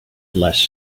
less